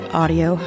audio